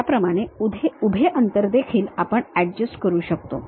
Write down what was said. त्याचप्रमाणे उभे अंतर देखील आपण अड्जस्ट करू शकतो